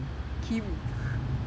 kim